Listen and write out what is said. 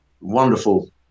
wonderful